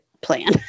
plan